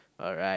alright